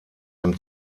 dem